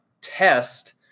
test